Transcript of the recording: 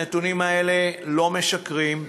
הנתונים האלה לא משקרים,